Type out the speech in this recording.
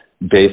based